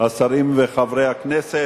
השרים וחברי הכנסת,